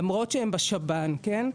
למרות שהם בשב"ן, כן?